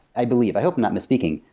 i believe. i hope i'm not misspeaking.